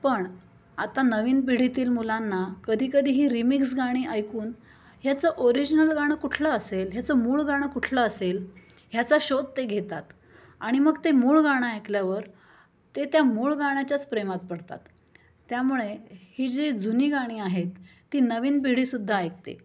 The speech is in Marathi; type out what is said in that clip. पण आता नवीन पिढीतील मुलांना कधीकधी ही रिमिक्स गाणी ऐकून ह्याचं ओरिजिनल गाणं कुठलं असेल ह्याचं मूळ गाणं कुठलं असेल ह्याचा शोध ते घेतात आणि मग ते मूळ गाणं ऐकल्यावर ते त्या मूळ गाण्याच्याच प्रेमात पडतात त्यामुळे ही जी जुनी गाणी आहेत ती नवीन पिढी सुद्धा ऐकते